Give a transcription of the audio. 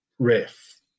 riff